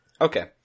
okay